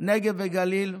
נגב וגליל.